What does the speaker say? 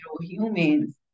humans